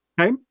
Okay